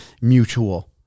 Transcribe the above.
mutual